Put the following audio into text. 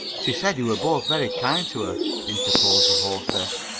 she said you were both very kind to her interposed the hostess.